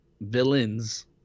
villains